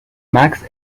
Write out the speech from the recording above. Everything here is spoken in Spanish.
max